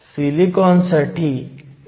18 electron volts दिले आहेत